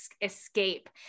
escape